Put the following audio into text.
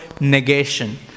negation